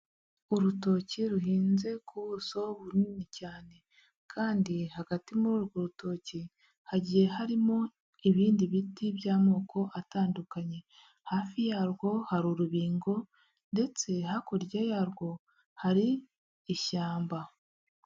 Urutoki ruhinze ku buso bunini cyane kandi hagati muri urwo rutoki hagiye harimo ibindi biti by'amoko atandukanye, hafi yarwo hari urubingo ndetse hakurya yarwo hari ishyamba.